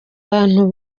bantu